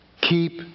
keep